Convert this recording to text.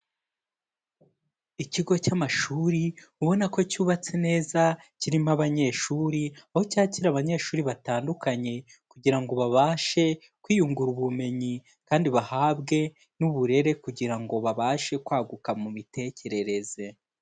Ikigo cy'amashuri ubona ko cyubatse neza, kirimo abanyeshuri aho cyakira abanyeshuri batandukanye kugira ngo babashe kwiyungura ubumenyi kandi bahabwe n'uburere kugira ngo babashe kwaguka mu mitekerereze.